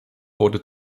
wurde